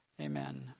Amen